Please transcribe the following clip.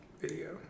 video